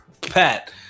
Pat